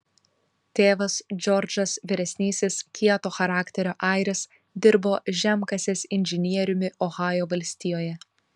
tėvas džordžas vyresnysis kieto charakterio airis dirbo žemkasės inžinieriumi ohajo valstijoje